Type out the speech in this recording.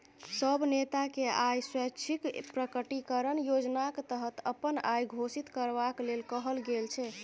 सब नेताकेँ आय स्वैच्छिक प्रकटीकरण योजनाक तहत अपन आइ घोषित करबाक लेल कहल गेल छै